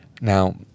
now